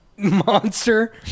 Monster